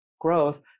growth